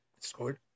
scored